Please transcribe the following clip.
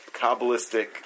Kabbalistic